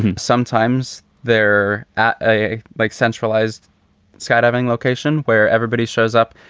and sometimes they're a like centralized skydiving location where everybody shows up.